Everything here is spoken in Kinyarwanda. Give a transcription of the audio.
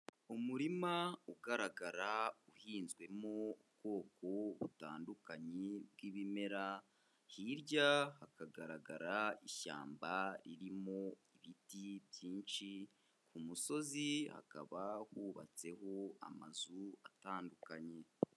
Umurima ugaragara uhinzwemo ubwoko butandukanye bw'ibimera, hirya hakagaragara ishyamba ririmo ibiti byinshi, ku musozi hakaba hubatseho amazu atandukanye.